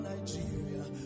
Nigeria